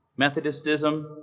Methodistism